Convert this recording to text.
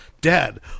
Dad